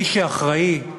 מי שאחראי,